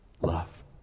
love